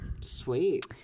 Sweet